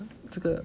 这个